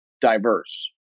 diverse